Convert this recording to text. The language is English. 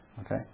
Okay